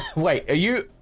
wait, are you?